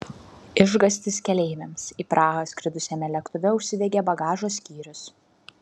išgąstis keleiviams į prahą skridusiame lėktuve užsidegė bagažo skyrius